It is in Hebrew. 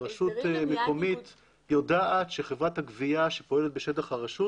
רשות מקומית יודעת שחברת הגבייה שפועלת בשטח הרשות